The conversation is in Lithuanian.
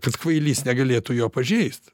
kad kvailys negalėtų jo pažeist